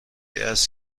است